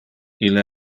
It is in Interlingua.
ille